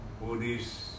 Buddhist